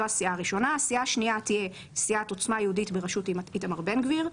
סיעה שנייה תהיה "סיעת עוצמה יהודית בראשות איתמר בן גביר",